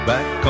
Back